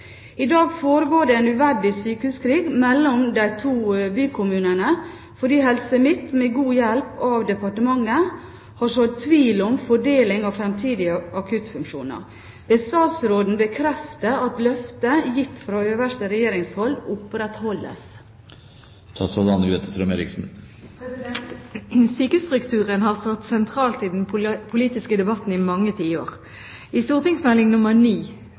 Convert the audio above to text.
I dag foregår det en uverdig sykehuskrig mellom de to bykommunene, fordi Helse Midt med god hjelp av departementet har sådd tvil om fordeling av fremtidige akuttfunksjoner. Vil statsråden bekrefte at løfter gitt fra øverste regjeringshold opprettholdes?» Sykehusstrukturen har stått sentralt i den politiske debatten i mange tiår. I